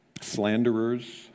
Slanderers